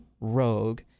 Rogue